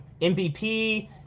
MVP